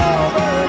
over